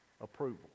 approval